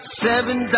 seven